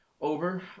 over